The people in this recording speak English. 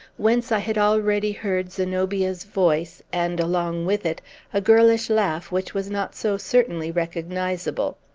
whence i had already heard zenobia's voice, and along with it a girlish laugh which was not so certainly recognizable.